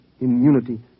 immunity